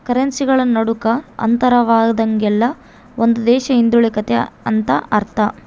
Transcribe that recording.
ಕರೆನ್ಸಿಗಳ ನಡುಕ ಅಂತರವಾದಂಗೆಲ್ಲ ಒಂದು ದೇಶ ಹಿಂದುಳಿತೆತೆ ಅಂತ ಅರ್ಥ